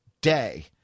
day